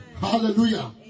Hallelujah